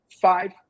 five